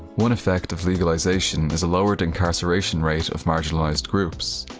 one effect of legalization is a lowered incarceration rate of marginalized groups.